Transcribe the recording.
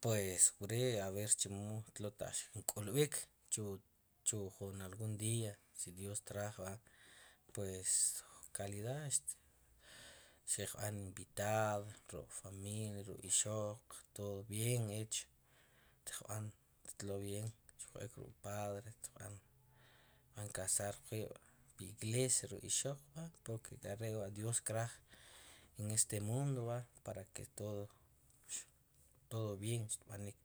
Pues wer' a ver chomo tloo taq xkin k'ulb'ik, chu wu jun algun día si dios traj va, pues calidad, pues calidad va, xtb'an invitados ruk' familia ruk' ixoq todo bien hecho, tiq b'an tlo bien, xquj ek ruk' padre tb'an casar quib' pi' iglesia ruk' ixoq, porque hare' wa' dios kraj, en este mundo va, para que todo, todo bien xb'anik,